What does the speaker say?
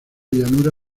llanura